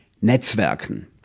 Netzwerken